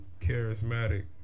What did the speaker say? charismatic